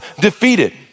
defeated